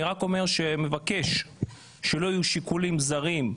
אני רק מבקש שלא יהיו שיקולים זרים,